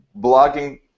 blogging